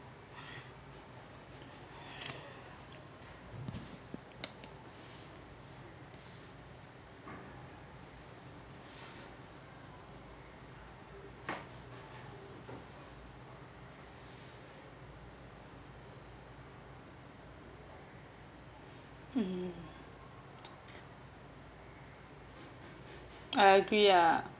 hmm I agree ah